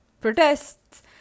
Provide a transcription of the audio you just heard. protests